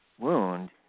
wound